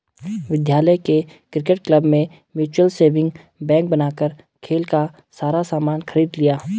विद्यालय के cricket club ने म्यूचल सेविंग बैंक बनाकर खेल का सारा सामान खरीद लिया